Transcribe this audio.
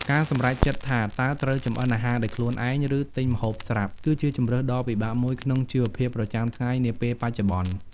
ការសម្រេចចិត្តថាតើត្រូវចម្អិនអាហារដោយខ្លួនឯង ឬទិញម្ហូបស្រាប់ គឺជាជម្រើសដ៏ពិបាកមួយក្នុងជីវភាពប្រចាំថ្ងៃនាពេលបច្ចុប្បន្ន។